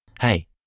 Hey